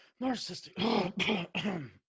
Narcissistic